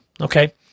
okay